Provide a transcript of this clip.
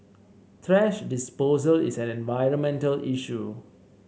thrash disposal is an environmental issue